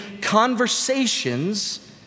conversations